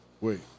Wait